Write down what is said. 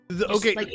Okay